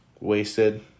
wasted